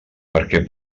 perquè